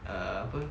err apa